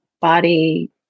body